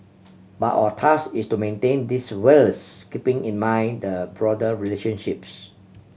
but our task is to maintain this whilst keeping in mind the broader relationships